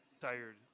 tired